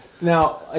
Now